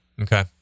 Okay